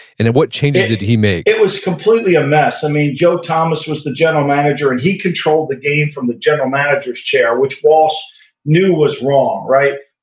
and then what changes did he make? it was completely a mess. i mean, joe thomas was the general manager and he controlled the game from a general managers chair, which walsh knew was wrong right?